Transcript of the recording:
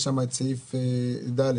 יש שם סעיף ד',